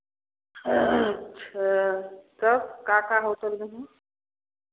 अच्छा कब का का होतल में है